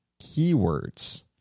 keywords